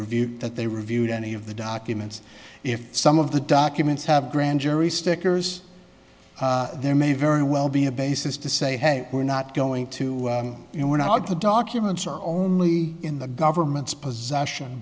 reviewed that they reviewed any of the documents if some of the documents have grand jury stickers there may very well be a basis to say hey we're not going to you know we're not the documents are only in the government's possession